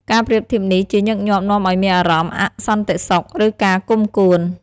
ការប្រៀបធៀបនេះជាញឹកញាប់នាំឲ្យមានអារម្មណ៍អសន្តិសុខ ឬការគុំគួន។